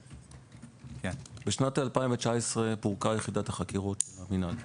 בשנת 2019 פורקה יחידת החקירות במינהל.